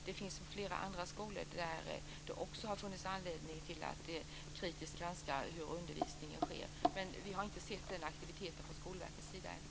Det finns flera andra skolor där det också har funnits anledning till att kritiskt granska hur undervisningen sker, men vi har inte sett den aktiviteten från Skolverkets sida än.